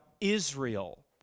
Israel